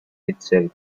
itself